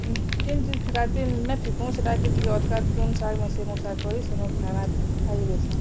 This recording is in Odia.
ଯେନ୍ ଜିନିଷ୍ ଫିକା ନାଇ ଫିକ ସେଟାକେ ଟିକେ ଅଧ୍କା ତୁନ୍ ସାଗ୍ ମେସି ମୁସାକରି ସେନ ଖାଇଦେସୁଁ